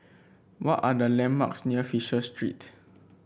what are the landmarks near Fisher Street